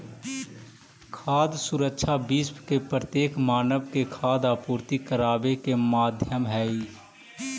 खाद्य सुरक्षा विश्व के प्रत्येक मानव के खाद्य आपूर्ति कराबे के माध्यम हई